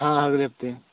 हाँ हाँ अगले हफ़्ते